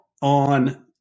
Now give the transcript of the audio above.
On